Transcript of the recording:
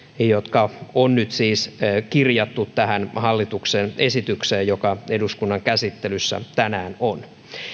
jotka on nyt siis kirjattu tähän hallituksen esitykseen joka eduskunnan käsittelyssä tänään on